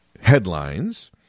headlines